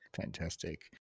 fantastic